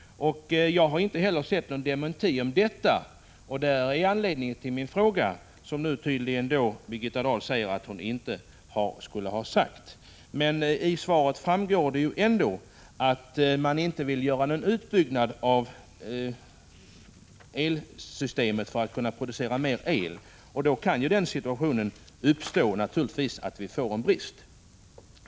Jag har inte sett någon dementi av detta uttalande. Det är anledningen till min fråga, vilken Birgitta Dahl tydligen besvarar med att säga att hon inte har gjort det aktuella uttalandet. Av svaret framgår — det vill jag ändå framhålla — att man inte vill göra någon utbyggnad av elproduktionssystemet i syfte att producera mera el. Men då kan vi naturligtvis hamna i den situationen att vi får en brist.